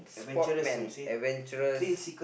sport man adventurous